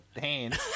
Hands